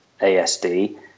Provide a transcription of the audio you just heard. ASD